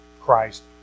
Christ